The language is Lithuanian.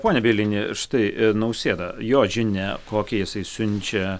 pone bielini štai nausėda jo žinia kokią jisai siunčia